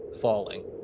falling